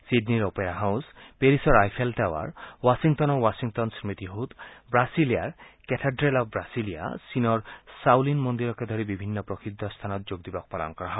চিডনীৰ opera house পেৰিছৰ Eiffel tower ৱাশ্বিংটনৰ Washington স্পতিসৌধ ৱাছিলিয়াৰ কেথাড়েল অৱ ৱাছিলিয়া চীনৰ শ্বাউলিন মন্দিৰকে ধৰি বিভিন্ন প্ৰসিদ্ধ স্থানত যোগ দিৱস পালন কৰা হয়